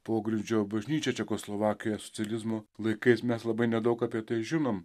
pogrindžio bažnyčią čekoslovakijoje socializmo laikais mes labai nedaug apie tai žinom